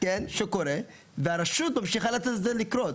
שקוררה והרשות ממשיכה לתת לזה לקרות.